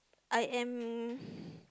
I am